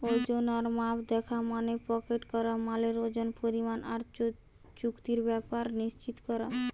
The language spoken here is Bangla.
ওজন আর মাপ দিখা মানে প্যাকেট করা মালের ওজন, পরিমাণ আর চুক্তির ব্যাপার নিশ্চিত কোরা